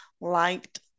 liked